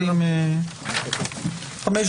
הישיבה ננעלה בשעה